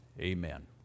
amen